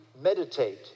meditate